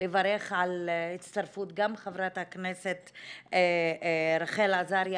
לברך על הצטרפות גם חברת הכנסת רחל עזריה